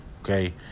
okay